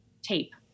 tape